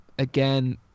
Again